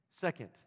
Second